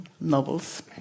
novels